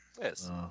Yes